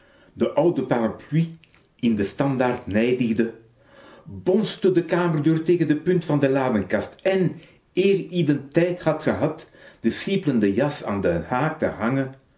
de oude parapluie in den standaard nijdigde bonsde de kamerdeur tegen de punt van de ladenkast en eer ie den tijd had gehad de sieplende jas aan den